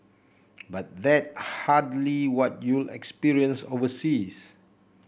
but that's hardly what you'll experience overseas